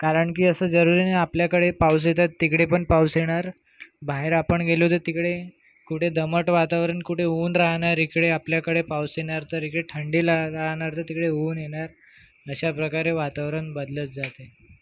कारण की असं जरूरी नाही आपल्याकडे पाऊस येतात तिकडे पण पाऊस येणार बाहेर आपण गेलो तर तिकडे कुठं दमट वातावरण कुठे ऊन राहणार इकडे आपल्याकडे पाऊस येणार तर इकडे थंडीला राहणार तर तिकडे ऊन येणार अशा प्रकारे वातावरण बदलत जाते